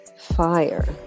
fire